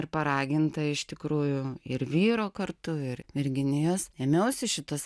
ir paraginta iš tikrųjų ir vyro kartu ir virginijos ėmiausi šitos